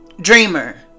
dreamer